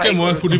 and was